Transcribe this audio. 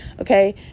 okay